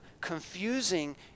confusing